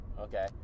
okay